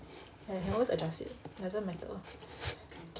ya you can always adjust it doesn't matter